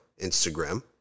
Instagram